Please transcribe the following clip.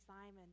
Simon